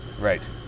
right